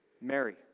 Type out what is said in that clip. Mary